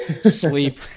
Sleep